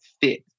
fit